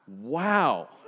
wow